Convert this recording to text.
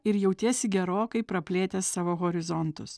ir jautiesi gerokai praplėtęs savo horizontus